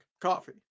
coffee